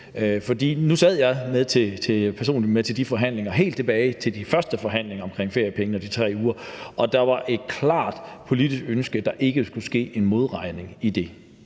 der var, helt tilbage til de første forhandlinger om feriepengene og de 3 uger, og der var et klart politisk ønske om, at der ikke skulle ske en modregning i det